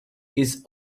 his